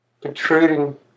protruding